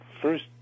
first